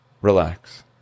relax